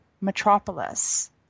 metropolis